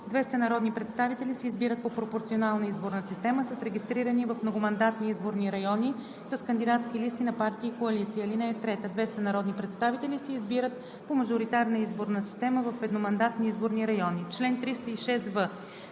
Двеста народни представители се избират по пропорционална изборна система с регистрирани в многомандатни изборни райони с кандидатски листи на партии и коалиции. (3) Двеста народни представители се избират по мажоритарна изборна система в едномандатни изборни райони. Чл. 306в.